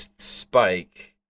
spike